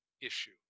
issue